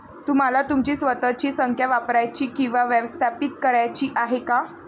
तुम्हाला तुमची स्वतःची संख्या वापरायची किंवा व्यवस्थापित करायची आहे का?